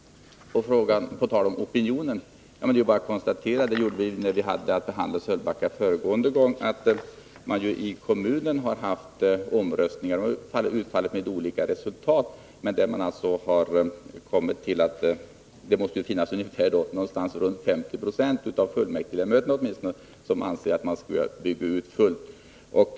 På tal om opinionen är det bara att konstatera — och det gjorde vi när vi hade att behandla Sölvbacka föregående gång — att man i kommunen har haft omröstningar. De har utfallit med olika resultat, men det har åtminstone visat sig att ungefär 50 90 av fullmäktigeledamöterna anser att man skall bygga ut fullt.